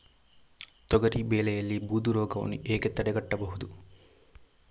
ತೊಗರಿ ಬೆಳೆಯಲ್ಲಿ ಬೂದು ರೋಗವನ್ನು ಹೇಗೆ ತಡೆಗಟ್ಟಬಹುದು?